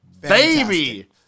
baby